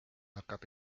hakkab